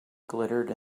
glittered